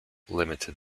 limited